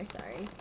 Sorry